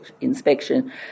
inspection